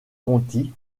conty